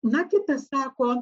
na kita sako